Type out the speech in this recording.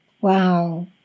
Wow